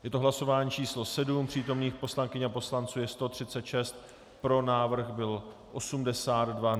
Je to hlasování číslo 7, přítomných poslankyň a poslanců je 136, pro návrh bylo 82.